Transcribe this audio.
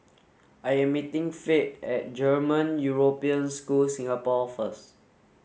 I am meeting Fate at German European School Singapore first